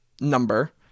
number